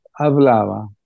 hablaba